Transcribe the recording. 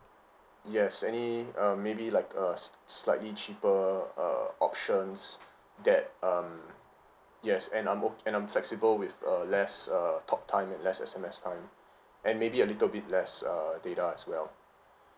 yes any um maybe like uh S~ slightly cheaper uh options that um yes and I'm o~ I'm flexible with uh less uh talk time and less S_M_S time and maybe a little bit less err data as well